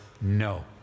no